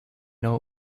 know